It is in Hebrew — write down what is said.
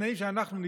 בתנאים שאנחנו נקבע.